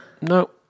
No